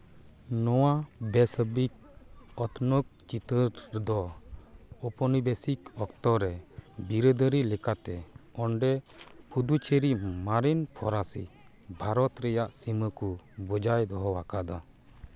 ᱱᱚᱣᱟ ᱵᱮᱼᱥᱟᱹᱵᱤᱠ ᱚᱛᱱᱚᱜ ᱪᱤᱛᱟᱹᱨ ᱫᱚ ᱳᱣᱯᱚᱱᱤᱵᱮᱥᱤᱠ ᱚᱠᱛᱚ ᱨᱮ ᱵᱤᱨᱟᱹᱫᱟᱹᱞᱤ ᱞᱮᱠᱟᱛᱮ ᱚᱸᱰᱮ ᱯᱚᱫᱩᱪᱮᱨᱤ ᱢᱟᱨᱮᱱ ᱯᱷᱚᱨᱟᱥᱤ ᱵᱷᱟᱨᱚᱛ ᱨᱮᱭᱟᱜ ᱥᱤᱢᱟᱹ ᱠᱚ ᱵᱚᱡᱟᱭ ᱫᱚᱦᱚᱣᱟᱠᱟᱫᱟ